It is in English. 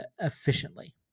efficiently